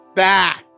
back